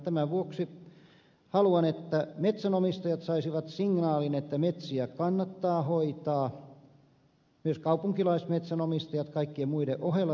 tämän vuoksi haluan että metsänomistajat saisivat signaalin että metsiä kannattaa hoitaa myös kaupunkilaismetsänomistajat kaikkien muiden ohella